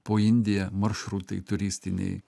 po indiją maršrutai turistiniai